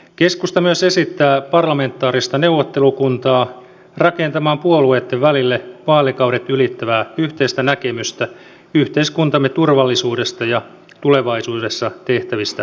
keskusta myös esittää parlamentaarista neuvottelukuntaa rakentamaan puolueitten välille vaalikaudet ylittävää yhteistä näkemystä yhteiskuntamme turvallisuudesta ja tulevaisuudessa tehtävistä ratkaisuista